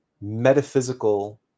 metaphysical